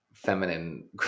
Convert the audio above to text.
feminine